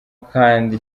kandi